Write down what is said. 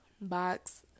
box